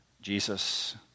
Jesus